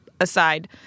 aside